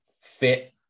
fit